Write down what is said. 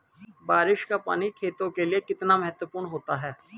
बारिश का पानी खेतों के लिये कितना महत्वपूर्ण होता है?